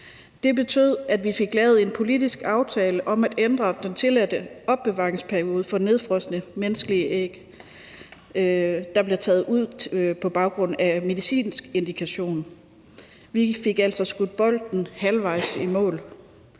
Det betød, at vi fik lavet en politisk aftale om at ændre den tilladte opbevaringsperiode for nedfrosne menneskelige æg, der bliver taget ud på baggrund af medicinsk indikation. Vi fik altså skudt bolden halvvejs i mål.